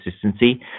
consistency